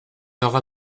aura